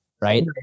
Right